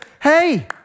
Hey